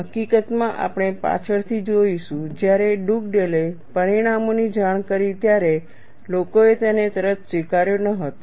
હકીકતમાં આપણે પાછળથી જોઈશું જ્યારે ડુગડેલે પરિણામોની જાણ કરી ત્યારે લોકોએ તેને તરત જ સ્વીકાર્યો ન હતો